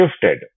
shifted